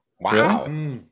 Wow